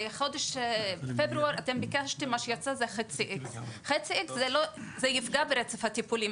בחודש פברואר מה שיצא זה חצי X. חצי X זה יפגע ברצף הטיפולים.